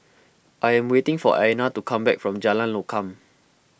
I am waiting for Ayanna to come back from Jalan Lokam